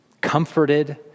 comforted